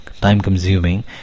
time-consuming